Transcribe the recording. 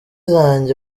zanjye